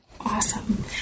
Awesome